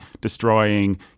destroying